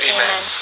Amen